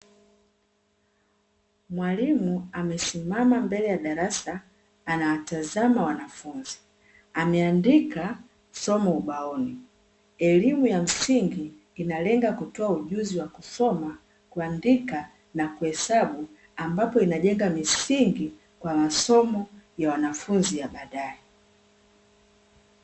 Mwalimu amesimama mbele ya darasa, akiwatazama wanafunzi, ameandika somo ubaoni. Elimu ya msingi inalenga kutoa ujuzi wa kusoma, kuandika na kuhesabu ,ambapo inajenga misingi kwa masomo ya wanafunzi ya badae .